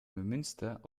neumünster